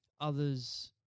others